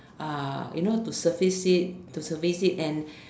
uh you know to surface it to surface it and